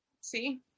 See